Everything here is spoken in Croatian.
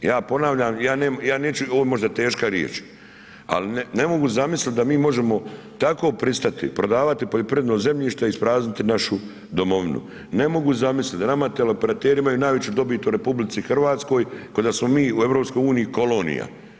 Ja ponavljam, ja neću, ovo je možda teška riječ ali ne mogu zamisliti da mi možemo tako pristati prodavati poljoprivredno zemljište, isprazniti našu domovinu, ne mogu zamisliti da nam teleoperateri imaju najveću dobit u RH kao da smo mi u EU-u kolonija.